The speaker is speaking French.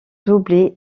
doublé